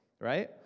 right